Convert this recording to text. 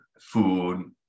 food